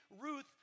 Ruth